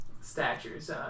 statures